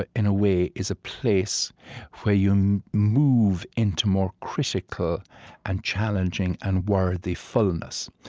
ah in a way, is a place where you um move into more critical and challenging and worthy fullness.